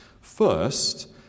First